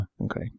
Okay